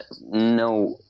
no